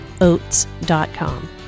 Oats.com